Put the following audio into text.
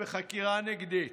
בחקירה נגדית.